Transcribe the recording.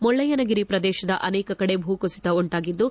ಮುಳಯ್ಲನಗಿರಿ ಪ್ರದೇಶದ ಅನೇಕ ಕಡೆ ಭೂಕುಸಿತ ಉಂಟಾಗಿದ್ದು